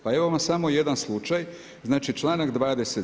Pa evo vam samo jedan slučaj, znači članak 20.